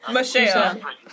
Michelle